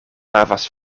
havas